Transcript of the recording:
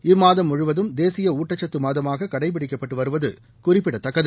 இம்மாதம் முழுவதும் தேசிய ஊட்டக்கத்து மாதமாக கடைபிடிக்கப்பட்டு வருவது குறிப்பிடத்தக்கது